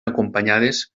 acompanyades